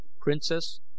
princess